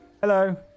hello